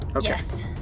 Yes